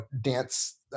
dance